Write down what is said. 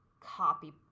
copy